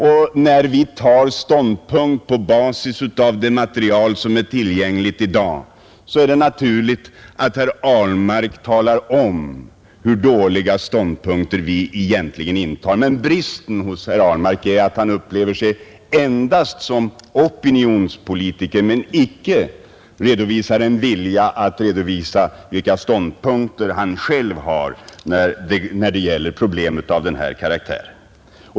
Och när vi tar ståndpunkt på basis av det material som är tillgängligt i dag är det naturligt att herr Ahlmark talar om hur dåliga ståndpunkter vi egentligen tar. Men bristen hos herr Ahlmark är att han upplever sig endast som opinionspolitiker, icke antyder en vilja att redovisa vilka ståndpunkter han själv har när det gäller problem av den här karaktären.